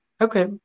Okay